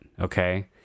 okay